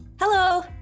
Hello